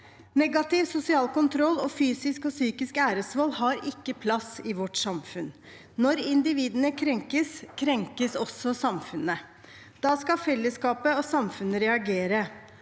Negativ sosial kontroll og fysisk og psykisk æresvold har ingen plass i vårt samfunn. Når individene krenkes, krenkes også samfunnet. Da skal fellesskapet og samfunnet reagere.